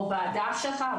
או בדף שלך,